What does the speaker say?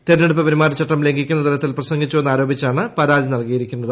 തെരഞ്ഞെടുപ്പ് പെരുമാറ്റച്ചട്ടം ലംഘിക്കുന്നതൂരത്തിൽ പ്രസംഗിച്ചു എന്നാരോപിച്ചാണ് പരാതി നൽകിയിരിക്കുന്നത്